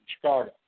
Chicago